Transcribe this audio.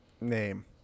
name